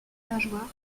nageoires